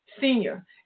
Senior